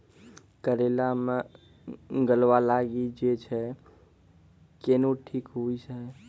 करेला मे गलवा लागी जे छ कैनो ठीक हुई छै?